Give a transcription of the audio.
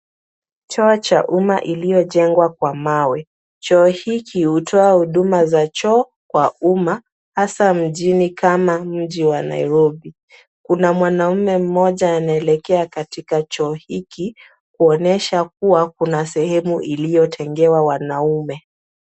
Choo cha umma iliyojengwa kwa mawe. Choo hiki hutoa huduma za choo kwa umma hasa mjini kama mji wa Nairobi. Kuna mwanaume mmoja anaelekea katika choo hiki kuonyesha kuwa kuna sehemu iliyotengewa wanaume.